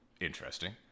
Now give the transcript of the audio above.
Interesting